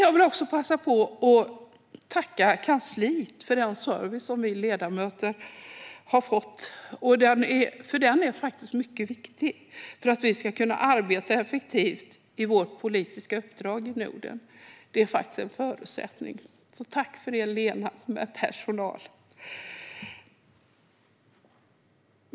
Jag vill också passa på att tacka kansliet för den service som vi ledamöter har fått, för den är mycket viktig för att vi ska kunna arbeta effektivt i vårt politiska uppdrag i Norden. Den är faktiskt en förutsättning. Så tack för det, Lena med personal!